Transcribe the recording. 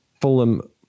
Fulham